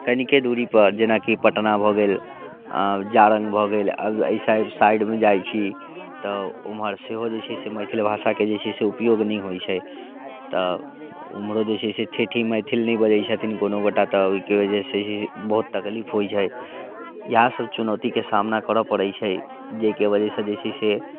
कनिके दूरीपर जेना कि पटना भऽ गेल आ सारण भऽ गेल एहि सभ साइडमे जाइत छी तऽ ओम्हर सेहो जे छै से मैथिल भाषाके जे छै से उपयोग नहि होइत छै तऽ ओम्हरो जे छै से ठेठी मैथिल नहि बजैत छथिन कोनो गोटाए तऽ ओहिके वजहसँ ही बहुत तकलीफ होइत छै इएहसभ चुनौतीके सामना करय पड़ैत छै जाहिके वजहसँ जे छै से